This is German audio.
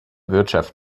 wirtschaft